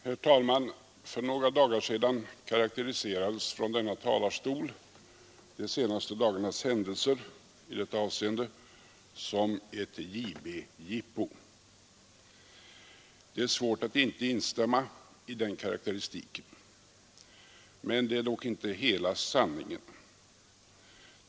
Herr talman! För några dagar sedan karakteriserades från denna talarstol den senaste tidens händelser i detta avseende som ett IB-jippo. Det är svårt att inte instämma i den karakteristiken. Men det är inte hela sanningen.